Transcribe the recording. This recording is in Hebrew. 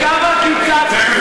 לכמה קיצצתם?